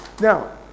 Now